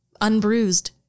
Unbruised